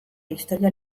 historia